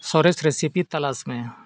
ᱥᱚᱨᱮᱥ ᱨᱮᱥᱤᱯᱤ ᱛᱚᱞᱟᱥ ᱢᱮ